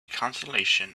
consolation